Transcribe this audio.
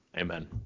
amen